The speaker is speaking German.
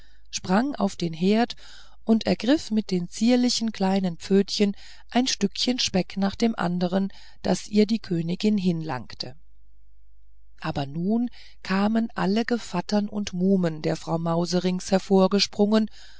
sprang auf den herd und ergriff mit den zierlichen kleinen pfötchen ein stückchen speck nach dem andern das ihr die königin hinlangte aber nun kamen alle gevattern und muhmen der frau mauserinks